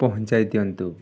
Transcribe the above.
ପହଞ୍ଚାଇ ଦିଅନ୍ତୁ